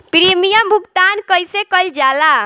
Premium भुगतान कइसे कइल जाला?